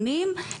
עשרות שנים.